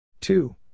Two